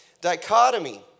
dichotomy